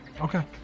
Okay